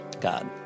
God